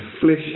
flesh